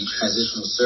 Transitional